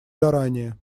заранее